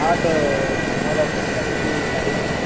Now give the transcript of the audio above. हा तर मला भेटण्यासाटी टाईम घे